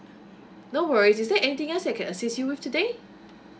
no worries is there anything else I can assist you with today